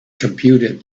computed